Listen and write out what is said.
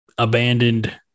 Abandoned